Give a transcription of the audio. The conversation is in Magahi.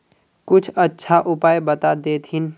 कुछ अच्छा उपाय बता देतहिन?